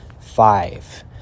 five